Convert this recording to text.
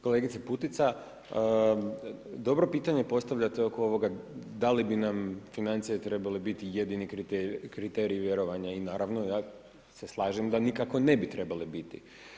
Kolegica Putica, dobro pitanje postavljate oko ovoga da li bi nam financije trebale biti jedini kriterij vjerovanja i naravno ja se slažem da nikako ne bi trebale biti.